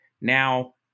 now